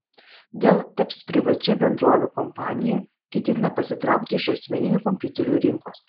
dell taps privačia bendrove kompanija ketina pasitraukti iš asmeninių kompiuterių rinkos